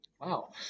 Wow